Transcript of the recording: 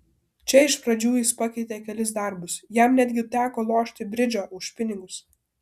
čia iš pradžių jis pakeitė kelis darbus jam netgi teko lošti bridžą už pinigus